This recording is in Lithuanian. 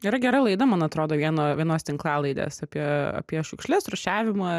yra gera laida man atrodo vieno vienos tinklalaidės apie apie šiukšles rūšiavimą